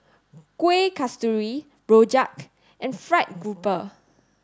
Kuih Kasturi Rojak and fried grouper